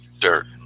dirt